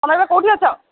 ତୁମେ ଏବେ କେଉଁଠି ଅଛ